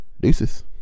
deuces